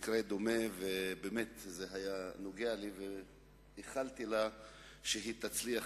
לכן זה נגע מאוד ללבי ואיחלתי לה שהיא תצליח.